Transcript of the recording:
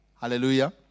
Hallelujah